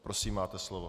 Prosím, máte slovo.